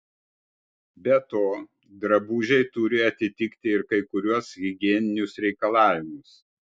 be to drabužiai turi atitikti ir kai kuriuos higieninius reikalavimus